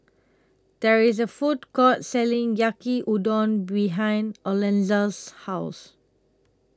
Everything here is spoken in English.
There IS A Food Court Selling Yaki Udon behind Alonza's House